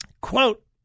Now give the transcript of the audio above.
Quote